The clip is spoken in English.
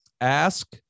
Ask